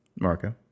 marco